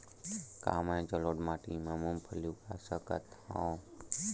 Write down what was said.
का मैं जलोढ़ माटी म मूंगफली उगा सकत हंव?